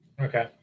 Okay